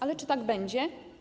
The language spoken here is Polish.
Ale czy tak będzie?